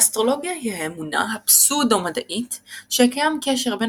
אסטרולוגיה היא האמונה הפסאודו-מדעית שקיים קשר בין